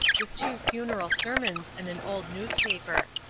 with two funeral sermons and an old newspaper.